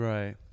Right